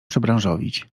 przebranżowić